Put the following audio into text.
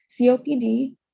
COPD